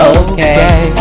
okay